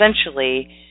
essentially